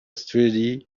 sweaty